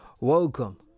welcome